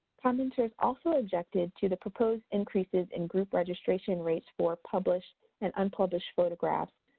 commenters also objected to the proposed increases in group registration rates for published and unpublished photographs,